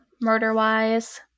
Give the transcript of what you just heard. murder-wise